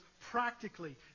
practically